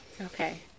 Okay